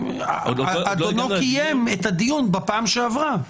אדוני קיים את הדיון בפעם שעברה.